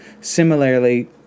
similarly